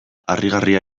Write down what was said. harrigarria